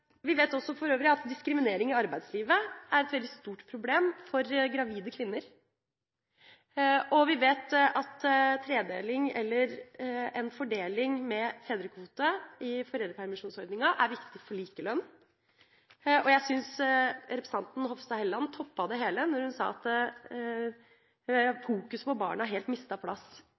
Vi vet også for øvrig at diskriminering i arbeidslivet er et veldig stort problem for gravide kvinner. Vi vet at en fordeling med fedrekvote i foreldrepermisjonsordninga er viktig for likelønn. Jeg syns representanten Hofstad Helleland toppet det hele da hun sa at fokuset på barna helt har mistet plass. Det er helt